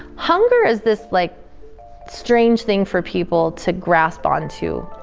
hunger is this like strange thing for people to grasp onto,